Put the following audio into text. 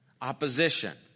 opposition